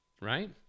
right